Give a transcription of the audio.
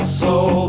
soul